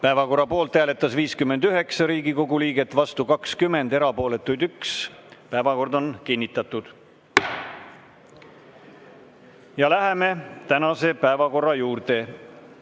Päevakorra poolt hääletas 59 Riigikogu liiget, vastu oli 20, erapooletuid 1. Päevakord on kinnitatud. Läheme tänase päevakorra juurde.